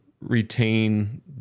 retain